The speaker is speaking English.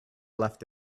left